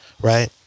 Right